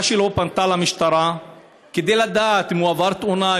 שלו פנתה למשטרה כדי לדעת אם הוא עבר תאונה,